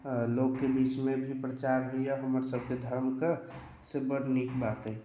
लोकके बीचमे भी प्रचार होइए हमरसभके धर्मके से बड्ड नीक बात अइ